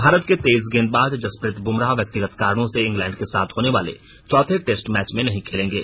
भारत के तेज गेंदबाज जसप्रीत बुमराह व्यक्तिगत कारणों से इंग्लैंड के साथ होने वाले चौथे टेस्ट मैच में नहीं खेलेंगे